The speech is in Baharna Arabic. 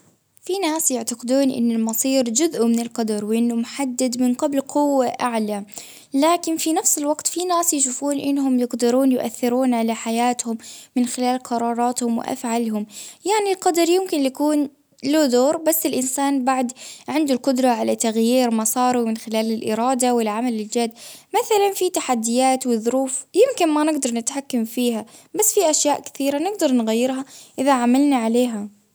في ناس يعتقدون إن المصير جزء من القدر ،وإنة محدد من قبل قوة أعلي، لكن في نفس الوقت في ناس يشوفون إنهم يقدرون يؤثرون علي حياتهم من خلال قراراتهم وأفعالهم، يعني القدر يمكن يكون له دور، بس الإنسان بعد عنده القدرة علي تغيير مصارة، من خلال الإرادة والعمل الجاد، مثلا في تحديات وظروف يمكن ما نقدر نتحكم فيها، بس في أشياء كثيرة نقدر نغيرها إذا ما عملنا عليها.